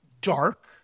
dark